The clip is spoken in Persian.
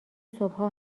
صبحها